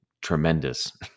tremendous